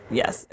yes